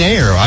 Air